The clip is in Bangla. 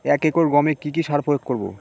এক একর গমে কি কী সার প্রয়োগ করব?